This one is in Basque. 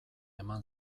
eman